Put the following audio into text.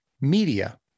media